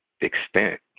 extent